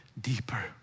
deeper